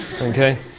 Okay